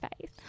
face